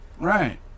Right